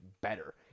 better